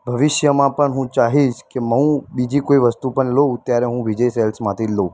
ભવિષ્યમાં પણ હું ચાહીશ કે હું બીજી કોઈ વસ્તુ પણ લઉં ત્યારે હું વિજય સેલ્સમાંથી જ લઉં